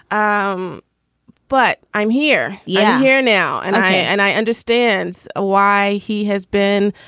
um but i'm here. yeah, here now. and i. and i understands why he has been,